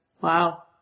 Wow